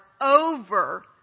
over